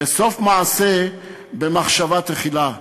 וסוף מעשה במחשבה תחילה.